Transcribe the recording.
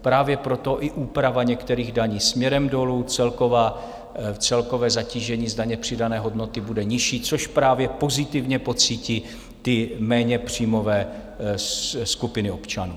Právě proto i úprava některých daní směrem dolů, celkové zatížení z daně přidané hodnoty bude nižší, což právě pozitivně pocítí méně příjmové skupiny občanů.